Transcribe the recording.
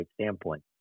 standpoint